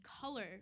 color